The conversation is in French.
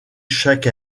chaque